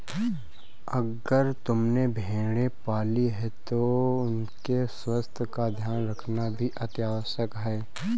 अगर तुमने भेड़ें पाली हैं तो उनके स्वास्थ्य का ध्यान रखना भी अतिआवश्यक है